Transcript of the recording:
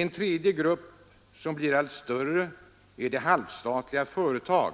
En tredje grupp, som blir allt större, är de halvstatliga företag